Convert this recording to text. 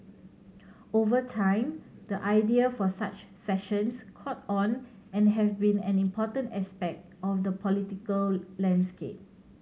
over time the idea for such sessions caught on and have be an important aspect of the political landscape